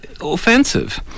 offensive